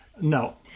No